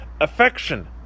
affection